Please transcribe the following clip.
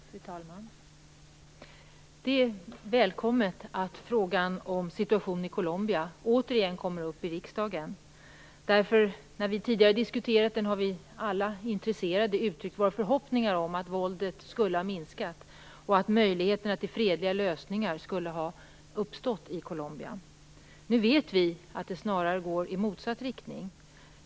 Fru talman! Det är välkommet att frågan om situationen i Colombia återigen kommer upp i riksdagen. När vi tidigare har diskuterat den har alla vi intresserade uttryckt våra förhoppningar om att våldet skulle ha minskat och att möjligheterna till fredliga lösningar skulle ha uppstått i Colombia. Nu vet vi att det snarare går i motsatt riktning.